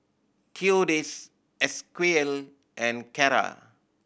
Theodis Esequiel and Carra